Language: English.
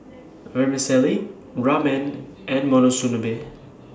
Vermicelli Ramen and Monsunabe